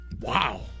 Wow